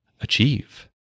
achieve